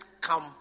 come